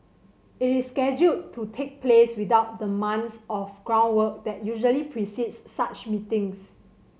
it is scheduled to take place without the months of groundwork that usually precedes such meetings